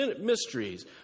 mysteries